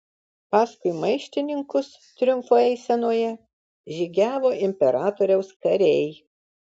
paskui maištininkus triumfo eisenoje žygiavo imperatoriaus kariai